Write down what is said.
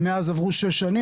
מאז עבור 6 שנים,